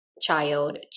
child